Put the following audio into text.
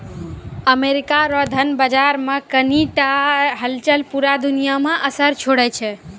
America रो धन बाजार मे कनी टा हलचल पूरा दुनिया मे असर छोड़ै छै